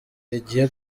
rigiye